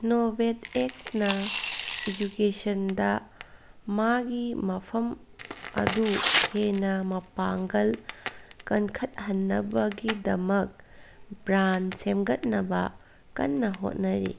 innovate action ꯏꯖꯨꯀꯦꯁꯟꯗ ꯃꯥꯒꯤ ꯃꯐꯝ ꯑꯗꯨ ꯍꯦꯟꯅ ꯃꯄꯥꯡꯒꯜ ꯀꯟꯈꯠꯍꯟꯅꯕꯒꯤꯗꯃꯛ ꯕ꯭ꯔꯥꯟ ꯁꯦꯝꯒꯠꯅꯕ ꯀꯟꯅ ꯍꯣꯠꯅꯔꯤ